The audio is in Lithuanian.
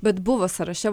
bet buvo sąraše